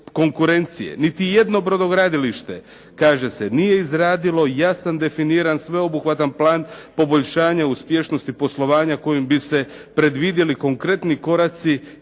konkurencije. Niti jedno brodogradilište, kaže se, nije izradilo jasan, definiran, sveobuhvatan plan poboljšanja uspješnosti poslovanja kojim bi se predvidjeli konkretni koraci i